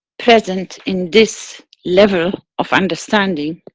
present in this level of understanding.